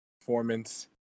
performance